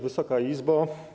Wysoka Izbo!